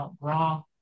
raw